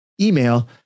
email